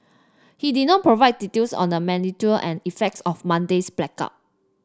he did not provide details on the magnitude and effects of Monday's blackout